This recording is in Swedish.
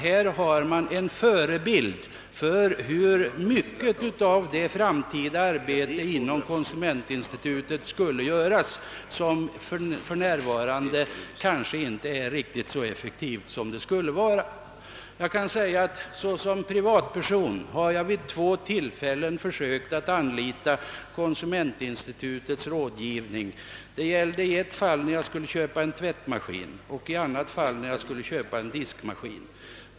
Här har man en förebild för konsumentinstitutets framtida arbete som för närvarande kanske inte är så effektivt som man skulle önska. Såsom privatperson har jag vid två tillfällen försökt att anlita konsumentinstitutets rådgivning. Det gällde i det ena fallet då jag skulle köpa en tvättmaskin och i det andra då jag skulle köpa en diskmaskin.